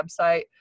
website